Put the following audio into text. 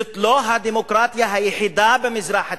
זאת לא הדמוקרטיה היחידה במזרח התיכון.